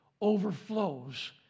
overflows